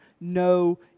no